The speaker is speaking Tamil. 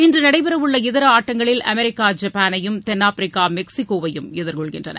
இன்று நடைபெறவுள்ள இதர ஆட்டங்களில் அமெரிக்கா ஜப்பாளையும் தென்னாப்பிரிகா மெக்ஸிகோவையும் எதிர்கொள்கின்றன